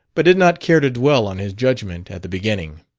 but did not care to dwell on his judgment at the beginning.